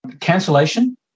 Cancellation